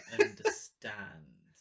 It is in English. understand